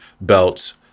belts